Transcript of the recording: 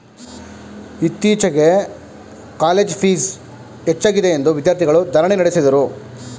ಇತ್ತೀಚೆಗೆ college fees ಹೆಚ್ಚಾಗಿದೆಯೆಂದು ವಿದ್ಯಾರ್ಥಿಗಳು ಧರಣಿ ನಡೆಸಿದರು